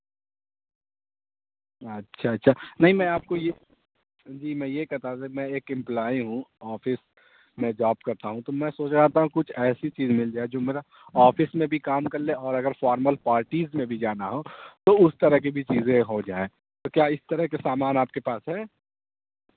اچھا اچھا نہیں میں آپ کو یہ جی میں یہ کہتا میں ایک امپلائی ہوں آفس میں جاب کرتا ہوں تو میں سوچ رہا تھا کچھ ایسی چیز مل جائے جو میرا آفس میں بھی کام کر لیں اور اگر فارمل پارٹیز میں بھی جانا ہو تو اس طرح کی بھی چیزیں ہو جائیں تو کیا اس طرح کے سامان آپ کے پاس ہے